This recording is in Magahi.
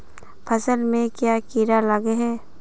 फसल में क्याँ कीड़ा लागे है?